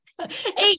Eight